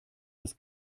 das